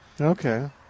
Okay